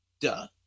Duh